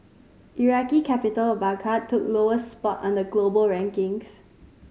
Iraqi capital Baghdad took lowest spot on the global rankings